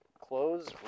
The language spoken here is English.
close